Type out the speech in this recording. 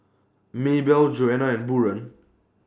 Maybelle Joanna and Buren